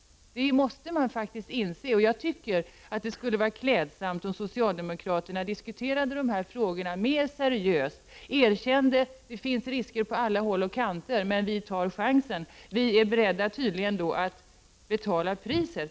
Det måste man faktiskt inse. Det skulle vara klädsamt om socialdemokraterna diskuterade de här frågorna mer seriöst, erkände att det finns risker på alla håll och kanter men sade att vi bör ta chansen. Vi är tydligen beredda att betala priset.